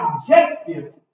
objective